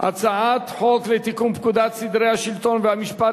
הצעת חוק לתיקון פקודת סדרי השלטון והמשפט